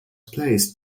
placed